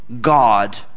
God